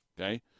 Okay